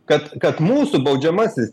kad kad mūsų baudžiamasis